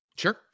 Sure